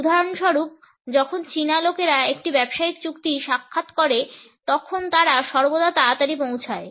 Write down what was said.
উদাহরণস্বরূপ যখন চীনা লোকেরা একটি ব্যবসায়িক চুক্তির জন্য সাক্ষাৎ করে তখন তারা সর্বদা তাড়াতাড়ি পৌঁছায়